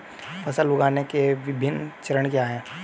फसल उगाने के विभिन्न चरण क्या हैं?